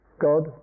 God